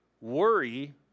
Worry